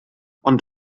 ond